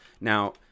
now